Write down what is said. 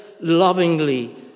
lovingly